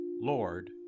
Lord